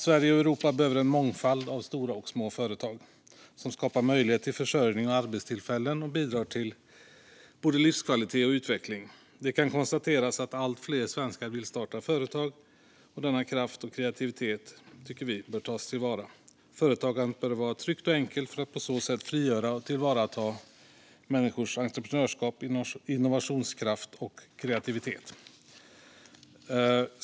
Sverige och Europa behöver en mångfald av stora och små företag som skapar möjlighet till försörjning och arbetstillfällen samt bidrar till både livskvalitet och utveckling. Det kan konstateras att allt fler svenskar vill starta företag. Denna kraft och kreativitet tycker vi bör tas till vara. Företagandet behöver vara tryggt och enkelt för att på så sätt frigöra och tillvarata människors entreprenörskap, innovationskraft och kreativitet.